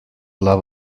love